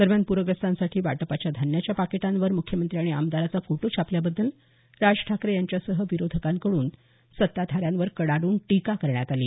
दरम्यान पूरग्रस्तांसाठी वाटपाच्या धान्याच्या पाकिटांवर मुख्यमंत्री आणि आमदाराचा फोटो छापल्याबद्दल राज ठाकरे यांच्यासह विरोधकांकडून सत्ताधाऱ्यांवर कडाडून टीका करण्यात आली